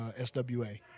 SWA